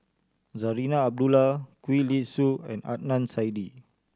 Zarinah Abdullah Gwee Li Sui and Adnan Saidi